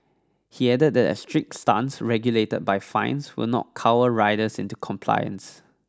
he added that a strict stance regulated by fines will not cower riders into compliance